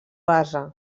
base